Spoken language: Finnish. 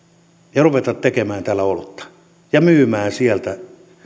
ja ruveta tekemään täällä olutta ja myymään sieltä